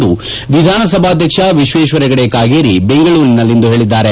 ಎಂದು ವಿಧಾನಸಭಾಧ್ಯಕ್ಷ ವಿಶ್ವೇಶ್ವರ ಹೆಗಡೆ ಕಾಗೇರಿ ಬೆಂಗಳೂರಿನಲ್ಲಿಂದು ಹೇಳಿದ್ದಾರೆ